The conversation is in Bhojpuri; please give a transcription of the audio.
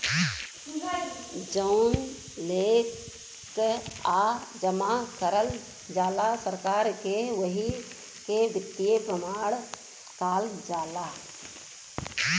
जउन लेकःआ जमा करल जाला सरकार के वही के वित्तीय प्रमाण काल जाला